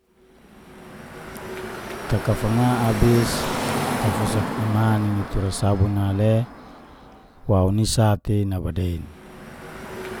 Takafanga abis, tafusak ima nini tura sabun na le waun i sate nabadein